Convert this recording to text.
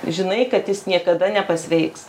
žinai kad jis niekada nepasveiks